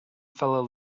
fellow